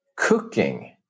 Cooking